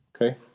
Okay